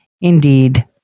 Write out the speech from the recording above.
indeed